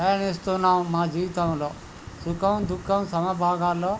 ప్రయాణిస్తున్నాం మా జీవితంలో సుఖం దుఃఖం సమభాగాల్లో